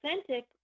authentic